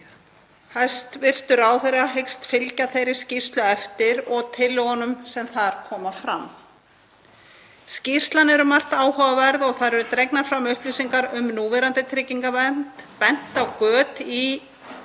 hvernig hún hyggst fylgja þeirri skýrslu eftir og tillögunum sem þar koma fram. Skýrslan er um margt áhugaverð og þar eru dregnar fram upplýsingar um núverandi tryggingavernd, bent á göt í